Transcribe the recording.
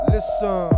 Listen